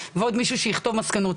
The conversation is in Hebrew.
ועוד מישהו שיכתוב מסקנות.